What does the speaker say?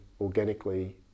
organically